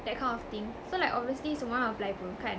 that kind of thing so like obviously semua orang apply apa kan